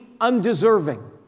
undeserving